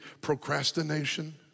Procrastination